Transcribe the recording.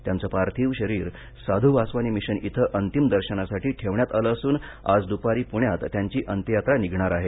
त्यांच पार्थिव शरीर साधू वासवानी मिशन इथं अंतिम दर्शनासाठी ठेवण्यात आल असून आज दुपारी पृण्यात त्यांची अंत्ययात्रा निघणार आहे